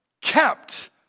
Kept